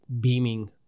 beaming